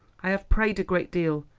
i have prayed a great deal,